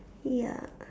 ya